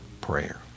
prayer